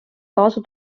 kaasa